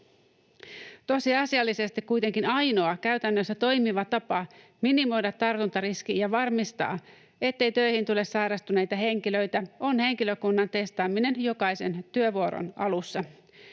Tosiasiallisesti kuitenkin ainoa käytännössä toimiva tapa minimoida tartuntariski ja varmistaa, ettei töihin tule sairastuneita henkilöitä, on henkilökunnan testaaminen jokaisen työvuoron alussa.